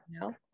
No